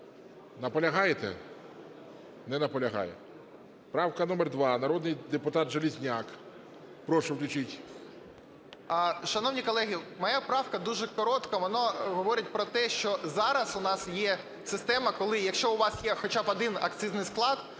Наполягаєте? Не наполягає. Правка номер 2, народний депутат Железняк. Прошу включіть. 13:32:56 ЖЕЛЕЗНЯК Я.І. Шановні колеги, моя правка дуже коротка. Вона говорить про те, що зараз у нас є система, коли, якщо у вас є хоча б один акцизний склад,